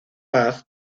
paz